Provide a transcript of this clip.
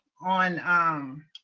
on